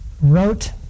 wrote